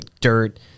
dirt